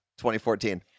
2014